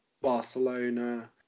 Barcelona